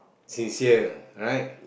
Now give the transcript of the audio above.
sincere right